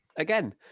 again